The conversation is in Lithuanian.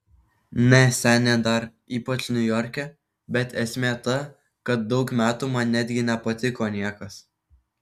ne senė dar ypač niujorke bet esmė ta kad daug metų man netgi nepatiko niekas